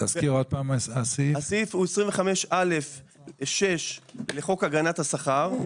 הסעיף הוא 25(א)(6) לחוק הגנת השכר.